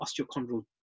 osteochondral